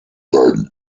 then